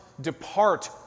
depart